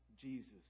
Jesus